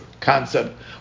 concept